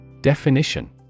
Definition